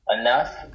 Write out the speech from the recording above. Enough